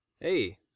hey